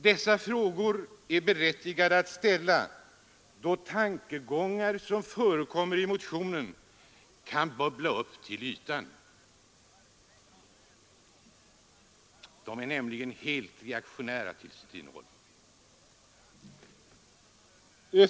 Dessa frågor är berättigade att ställa, då tankegånger som förekommer i motionen kan bubbla upp till ytan. De är nämligen helt reaktionära till sitt innehåll.